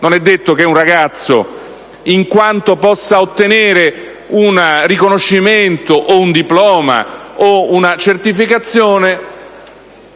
non è detto che un ragazzo, se può ottenere un riconoscimento o un diploma o una certificazione